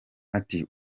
ati